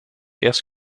eerst